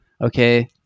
okay